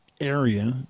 area